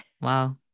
wow